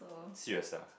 serious ah